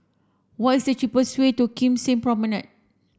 what is the cheapest way to Kim Seng Promenade